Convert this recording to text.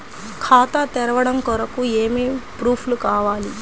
ఖాతా తెరవడం కొరకు ఏమి ప్రూఫ్లు కావాలి?